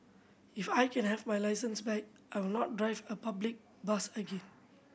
if I can have my licence back I will not drive a public bus again